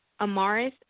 Amaris